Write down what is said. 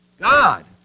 God